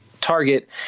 target